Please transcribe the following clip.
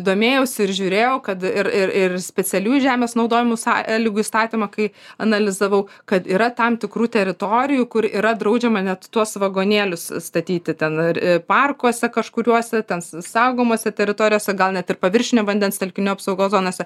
domėjausi ir žiūrėjau kad ir ir specialiųjų žemės naudojimo sąlygų įstatymą kai analizavau kad yra tam tikrų teritorijų kur yra draudžiama net tuos vagonėlius statyti ten ir parkuose kažkuriuose ten saugomose teritorijose gal net ir paviršinio vandens telkinių apsaugos zonose